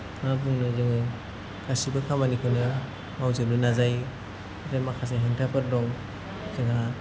मा बुंनो जोङो गासैबो खामानिखौनो मावजोबनो नाजायो आरो माखासे हेंथाफोर दं जोंहा